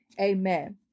Amen